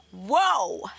Whoa